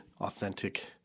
authentic